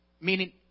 Meaning